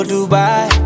Dubai